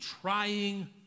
trying